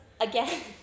again